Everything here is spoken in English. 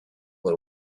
they